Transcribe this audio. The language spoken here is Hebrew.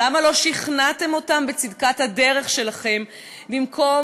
למה לא שכנעתם אותם בצדקת הדרך שלכם במקום